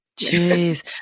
jeez